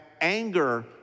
anger